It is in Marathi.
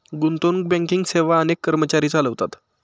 गुंतवणूक बँकिंग सेवा अनेक कर्मचारी चालवतात